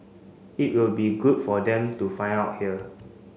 it will be good for them to find out here